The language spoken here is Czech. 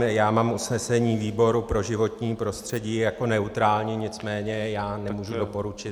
Já mám usnesení výboru pro životní prostředí jako neutrální, nicméně já nemůžu doporučit.